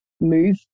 move